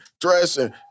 dressing